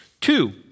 Two